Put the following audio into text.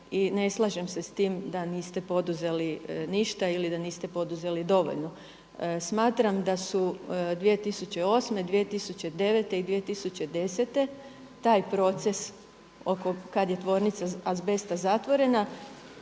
i ne slažem se s tim da niste poduzeli ništa ili da niste poduzeli dovoljno. Smatram da su 2008., 2009. i 2010. taj proces kada je tvornica azbesta zatvorena